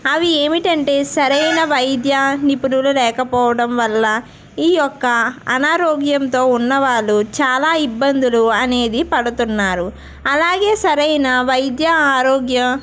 అవి ఏమిటంటే సరైన వైద్య నిపుణులు లేకపోవడం వల్ల ఈయొక్క అనారోగ్యంతో ఉన్నవాళ్ళు చాలా ఇబ్బందులు అనేది పడుతున్నారు అలాగే సరైన వైద్య ఆరోగ్య